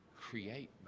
create